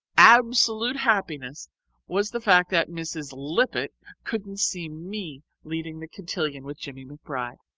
absolute happiness was the fact that mrs. lippett couldn't see me leading the cotillion with jimmie mcbride.